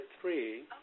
three